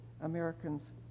Americans